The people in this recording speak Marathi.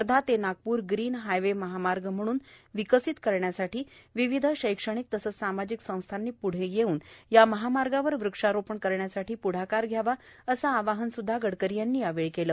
वर्धा ते नागपूर ग्रीन हायवे महामार्ग म्हणून विकसित करण्यासाठी विविध शैक्षणिक तसेच सामाजिक संस्थानी प्ढे येऊन या महामार्गावर वृक्षारोपण करण्यासाठी प्ढाकार घ्यावा असे आवाहन स्द्धा गडकरी यांनी यावेळी केलं